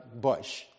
Bush